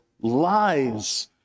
lies